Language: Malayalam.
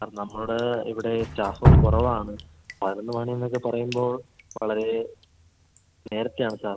സാർ നമ്മുടെ ഇവിടെ സ്റ്റാഫുകൾ കുറവാണ് പതിനൊന്ന് മണിയെന്നൊക്കെ പറയുമ്പോൾ വളരേ നേരത്തെ ആണ് സാർ